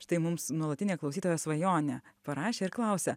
štai mums nuolatinė klausytojos svajonė parašė ir klausia